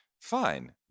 fine